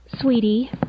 Sweetie